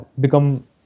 become